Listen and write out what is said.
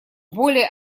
более